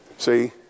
See